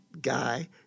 guy